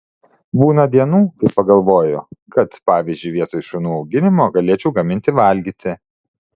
būna dienų kai pagalvoju kad pavyzdžiui vietoj šunų auginimo galėčiau gaminti valgyti